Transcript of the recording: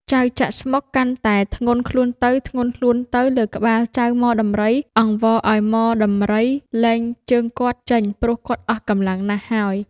ចៅចាក់ស្មុគ កាន់តែធ្ងន់ខ្លួនទៅៗ លើក្បាលចៅ ហ្មដំរី អង្វរឱ្យហ្មដំរី លែងជើងគាត់ចេញព្រោះគាត់អស់កំលាំងណាស់ហើយ។